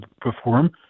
perform